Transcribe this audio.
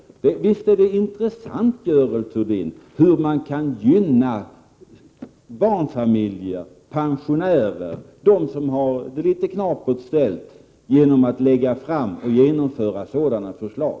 Visst är det intressant, Görel Thurdin, och svårt att förstå hur man kan gynna barnfamiljer, pensionärer och dem som har det litet knapert ställt genom att lägga fram och genomföra sådana förslag.